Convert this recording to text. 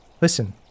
Listen